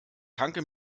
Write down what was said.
tanke